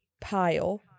pile